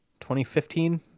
2015